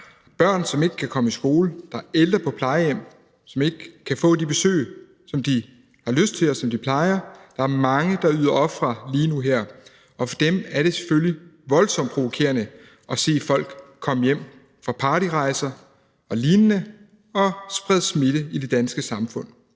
børn, som ikke kan komme i skole; der er ældre på plejehjem, som ikke kan få de besøg, som de har lyst til, og som de plejer at få. Der er mange, der yder ofre lige nu og her, og for dem er det selvfølgelig voldsomt provokerende at se folk komme hjem fra partyrejser og lignende og sprede smitte i det danske samfund.